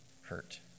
hurt